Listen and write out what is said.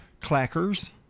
clackers